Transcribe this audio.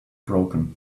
broken